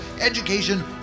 education